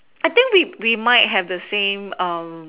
I think we we might have the same um